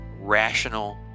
rational